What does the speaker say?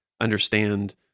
understand